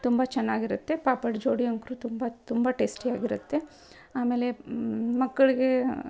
ತುಂಬ ಚೆನ್ನಾಗಿರುತ್ತೆ ಪಾಪಡ್ ಜೋಡಿ ಅಂತೂ ತುಂಬ ತುಂಬ ಟೇಸ್ಟಿಯಾಗಿರುತ್ತೆ ಆಮೇಲೆ ಮಕ್ಕಳಿಗೇ